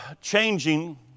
changing